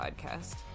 podcast